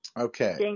Okay